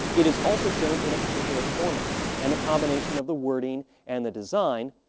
it is also shown in a particular format and the combination of the wording and the design,